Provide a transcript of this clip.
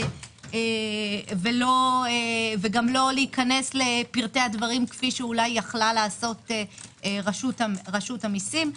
וגם לא להיכנס לפרטי הדברים כפי שאולי יכלה לעשות רשות המיסים.